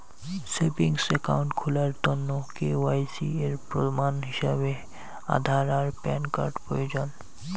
savings account খুলার তন্ন KYC এর প্রমাণ হিছাবে আধার আর প্যান কার্ড প্রয়োজন